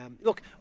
look